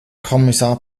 kommissar